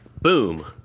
Boom